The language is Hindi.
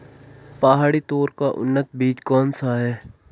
पहाड़ी तोर का उन्नत बीज कौन सा है?